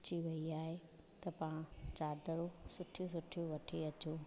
अची वेई आहे त पाणि चादरूं सुठियूं सुठियूं वठी अचूं